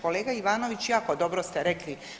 Kolega Ivanović, jako dobro ste rekli.